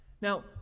Now